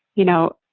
you know,